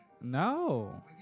No